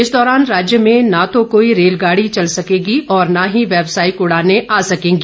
इस दौरान राज्य में न तो कोई रेलगाड़ी चल सकेगी और न ही व्यावसायिक उड़ानें आ सकेंगी